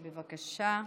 בבקשה.